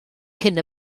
cyn